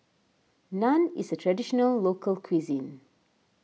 Naan is a Traditional Local Cuisine